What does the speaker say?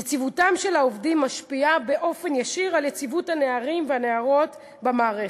יציבותם של העובדים משפיעה באופן ישיר על יציבות הנערים והנערות במערכת.